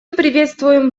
приветствуем